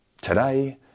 today